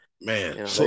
Man